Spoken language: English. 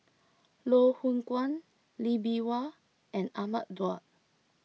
Loh Hoong Kwan Lee Bee Wah and Ahmad Daud